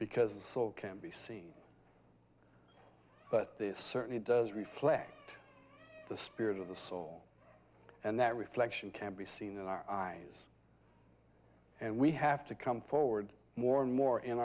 because the soul can be seen but this certainly does reflect the spirit of the soul and that reflection can be seen and eyes and we have to come forward more and more in